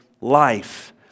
life